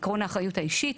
עקרון האחריות האישית.